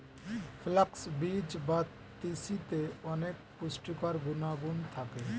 flax বীজ বা তিসিতে অনেক পুষ্টিকর গুণাগুণ থাকে